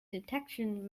detection